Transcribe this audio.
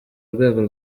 urwego